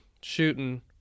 shooting